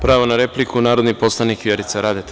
Pravo na repliku narodni poslanik Vjerica Radeta.